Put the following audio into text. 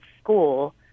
school